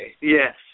Yes